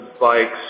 bikes